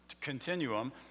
continuum